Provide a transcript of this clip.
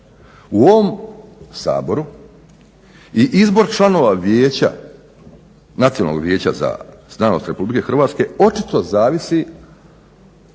U ovom Saboru i izbor članova vijeća, Nacionalnog vijeća za znanost RH očito zavisi